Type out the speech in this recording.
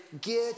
Get